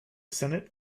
senate